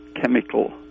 chemical